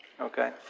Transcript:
Okay